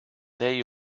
they